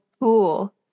cool